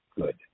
good